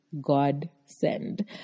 godsend